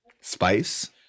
Spice